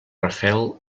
rafel